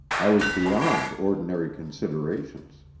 i was beyond ordinary considerations.